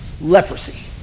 Leprosy